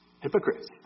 hypocrites